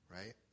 right